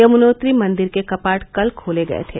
यमुनोत्री मंदिर के कपाट कल खोले गए थे